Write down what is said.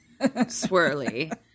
swirly